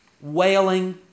wailing